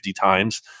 times